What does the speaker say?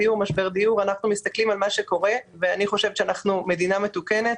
ואנחנו מסתכלים על מה שקורה ואני חושבת שאנחנו מדינה מתוקנת